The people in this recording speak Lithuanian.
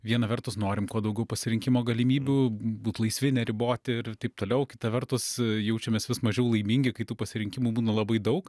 vieną vertus norim kuo daugiau pasirinkimo galimybių būt laisvi neriboti ir taip toliau kitą vertus jaučiamės vis mažiau laimingi kai tų pasirinkimų būna labai daug